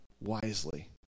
Wisely